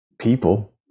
people